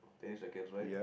tennis racket right